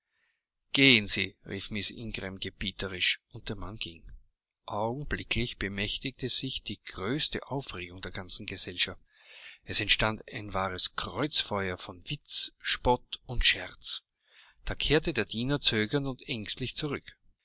gehen sie rief miß ingram gebieterisch und der mann ging augenblicklich bemächtigte sich die größte aufregung der ganzen gesellschaft es entstand ein wahres kreuzfeuer von witz spott und scherz da kehrte der diener zögernd und ängstlich zurück